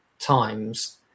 times